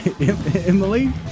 Emily